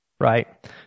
Right